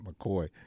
McCoy